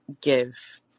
give